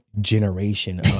generation